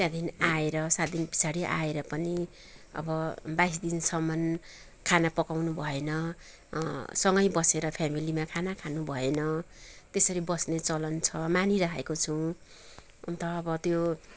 त्यहाँदेखि आएर सात दिन पछाडि आएर पनि अब बाइस दिनसम्म खाना पकाउनु भएन सँगै बसेर फेमिलीमा खाना खानु भएन त्यसरी बस्ने चलन छ मानिराखेको छौँ अन्त अब त्यो